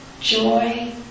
joy